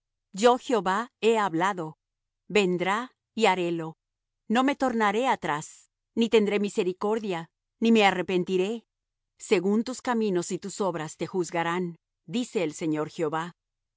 yo jehová he hablado vendrá y harélo no me tornaré atrás ni tendré misericordia ni me arrepentiré según tus caminos y tus obras te juzgarán dice el señor jehová